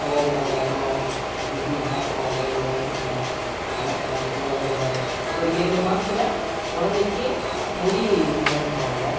போகும் வரும் அப்படி இப்படி நடக்கும் ஒரு ஒரு வருஷத்துல நடக்கும் போகும் வரும் ஒரு ஏழு மாசத்தில் குழந்தைக்கி முடி இறக்குவாங்க